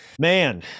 man